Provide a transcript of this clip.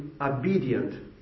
obedient